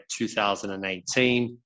2018